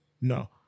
No